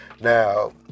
Now